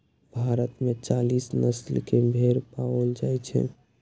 भारत मे चालीस नस्ल के भेड़ पाओल जाइ छै